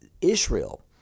Israel